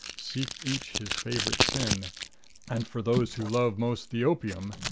seek each his favorite sin and for those who love most the opium,